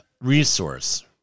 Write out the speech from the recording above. resource